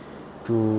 to